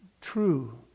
True